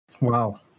Wow